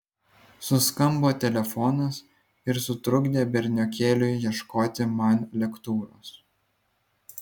suskambo telefonas ir sutrukdė berniokėliui ieškoti man lektūros